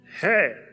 Hey